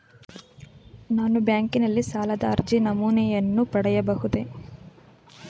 ನಾನು ಬ್ಯಾಂಕಿನಲ್ಲಿ ಸಾಲದ ಅರ್ಜಿ ನಮೂನೆಯನ್ನು ಪಡೆಯಬಹುದೇ?